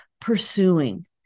pursuing